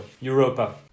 Europa